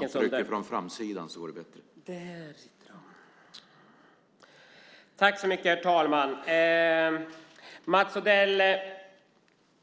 Herr talman! Mats Odell